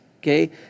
Okay